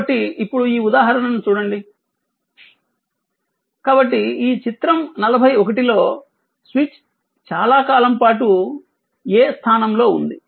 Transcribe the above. కాబట్టి ఇప్పుడు ఈ ఉదాహరణను చూడండి కాబట్టి ఈ చిత్రం 41 లో స్విచ్ చాలా కాలం పాటు A స్థానంలో ఉంది